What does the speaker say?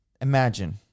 imagine